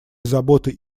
заботой